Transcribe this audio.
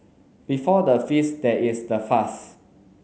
before the feast there is the fast